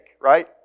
right